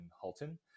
halton